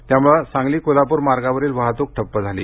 त्यामुळे सांगली कोल्हापूर मार्गावरील वाहातूक ठप्प झाली